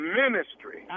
ministry